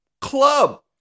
club